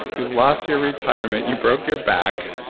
you lost your retirement. you broke your back.